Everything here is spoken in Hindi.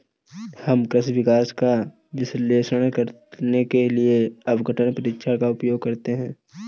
हम कृषि विकास का विश्लेषण करने के लिए अपघटन परीक्षण का उपयोग करते हैं